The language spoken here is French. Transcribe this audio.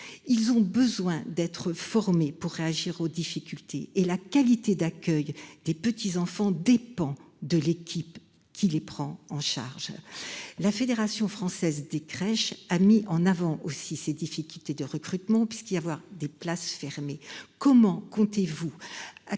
Ils ont besoin d'être formés pour réagir aux difficultés et la qualité d'accueil des petits enfants dépend de l'équipe qui les prend en charge. La Fédération française des crèches a mis en avant aussi ses difficultés de recrutement, puisqu'y avoir des places fermées. Comment comptez-vous a